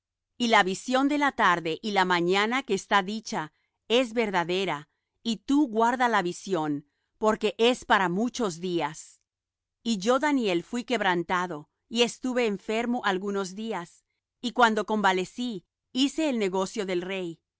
y la visión de la tarde y la mañana que está dicha es verdadera y tú guarda la visión porque es para muchos días y yo daniel fuí quebrantado y estuve enfermo algunos días y cuando convalecí hice el negocio del rey